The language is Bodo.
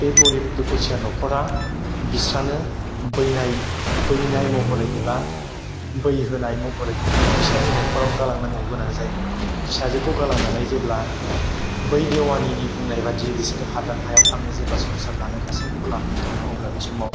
बे गरिब दुखुथिया न'खरा बिस्रानो बैनाय महरै एबा बैहोनाय महरै बिस्रानि न'खराव गालांनांगौ गोनां जायोमोन फिसाजोखौ गालांनानै जेब्ला बै देवानिनि बुंनायबादि बिसोरो हादान हायाव थांनो जेब्ला संसार जानो गासैखौबो लानानै थाङो अब्ला बे समाव